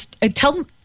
tell